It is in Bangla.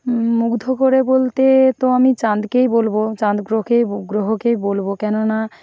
মুগ্ধ করে বলতে তো আমি চাঁদকেই বলবো চাঁদ গ্রহকেই বল গ্রহকেই বলবো কেননা